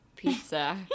Pizza